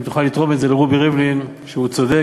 אם תוכל לתרום את זה לרובי ריבלין, שהוא צודק,